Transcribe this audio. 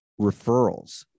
referrals